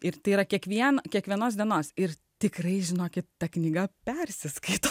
ir tai yra kiekvieno kiekvienos dienos ir tikrai žinokit ta knyga persiskaito